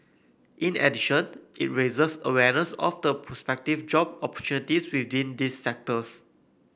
in addition it raises awareness of the prospective job opportunities within these sectors